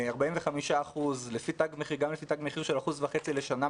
45% גם לפי תג מחיר של 1.5% לשנה,